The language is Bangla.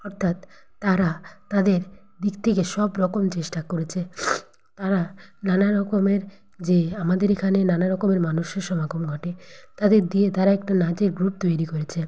অর্থাৎ তারা তাদের দিক থেকে সবরকম চেষ্টা করেছে তারা নানারকমের যে আমাদের এখানে নানারকমের মানুষের সমাগম ঘটে তাদের দিয়ে তারা একটা নাচের গ্রুপ তৈরি করেছে